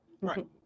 right